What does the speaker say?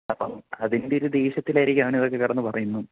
അപ്പം അതിന്റെ ഒരു ദേഷ്യത്തിലായിരിക്കും അവൻ ഇതൊക്കെ കിടന്ന് പറയുന്നത്